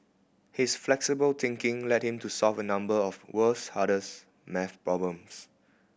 his flexible thinking led him to solve a number of world's hardest maths problems